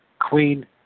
Queen